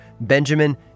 Benjamin